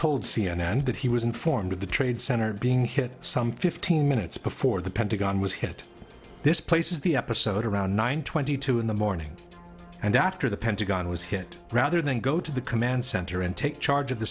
that he was informed of the trade center being hit some fifteen minutes before the pentagon was hit this places the episode around nine twenty two in the morning and after the pentagon was hit rather than go to the command center and take charge of the